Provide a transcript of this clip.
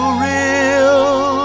real